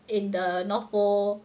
in the north pole